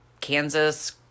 Kansas